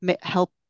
help